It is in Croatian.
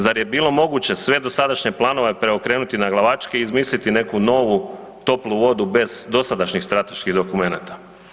Zar je bilo moguće sve dosadašnje planove preokrenuti naglavačke i izmisliti neku novu toplu vodu bez dosadašnjih strateških dokumenata?